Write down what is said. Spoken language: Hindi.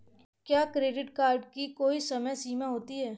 क्या क्रेडिट कार्ड की कोई समय सीमा होती है?